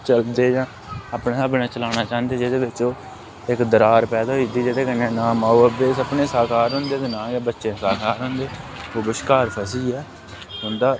चलदे जां अपने स्हाबै कन्नै चलाना चांह्दे जेह्दे बिच्च ओह् इक दरार पैदा होई जंदी जेह्दे कन्नै ना माऊ बब्बै दे सपने साकार होंदे ते ना गै बच्चे दे साकार होंदे ओह् बश्कार फसियै होंदा